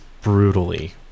brutally